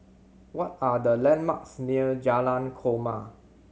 what are the landmarks near Jalan Korma